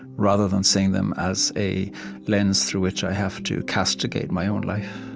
rather than seeing them as a lens through which i have to castigate my own life